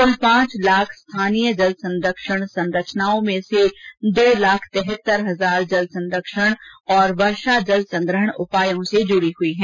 कृल पांच लाख स्थानीय जल संरक्षण संरचनाओं में से दो लाख तिहत्तर हजार जल संरक्षण और वर्षा जल संग्रहण उपायों से जुड़ी हुई हैं